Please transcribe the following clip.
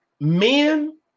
men